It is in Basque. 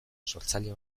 sortzaile